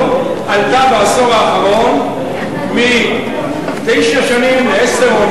עלתה בעשור האחרון מתשע שנים לעשר,